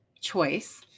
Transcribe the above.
choice